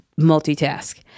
multitask